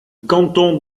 canton